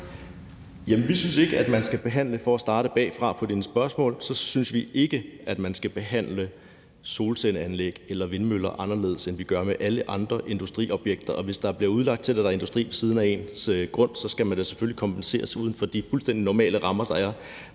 Kl. 11:01 Steffen W. Frølund (LA): For at svare bagfra på dine spørgsmål synes vi ikke, at man skal behandle solcelleanlæg eller vindmøller anderledes, end vi gør med alle andre industriobjekter. Og hvis der bliver udlagt et areal til industri ved siden af ens grund, skal man da selvfølgelig kompenseres ud fra de fuldstændig normale rammer, der er.